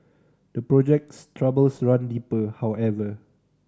the project's troubles run deeper however